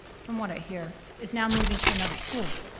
from what i hear, is now moving to another school,